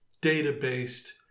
data-based